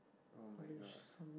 oh-my-god